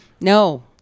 No